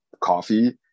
coffee